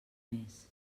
més